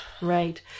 Right